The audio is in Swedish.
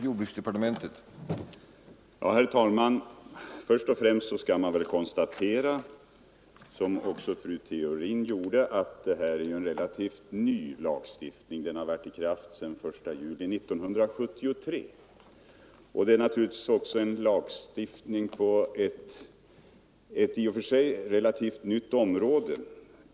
Herr talman! Först och främst skall man väl här konstatera - som 149 fru Theorin också gjorde — att detta är en relativt ny lagstiftning. Den har varit i kraft sedan den 1 juli 1973. Det är också en lagstiftning på ett i och för sig nytt område.